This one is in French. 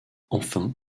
enfin